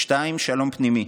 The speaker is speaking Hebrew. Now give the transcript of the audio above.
השני, שלום פנימי,